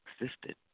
existed